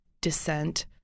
descent